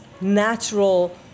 natural